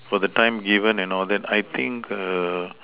for the time given and all that I think err